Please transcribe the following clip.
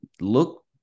look